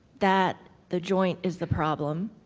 that the joint is the problem,